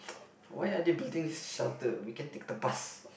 why are they building this shelter we can take the bus